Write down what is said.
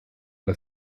das